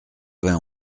vingt